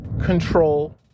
control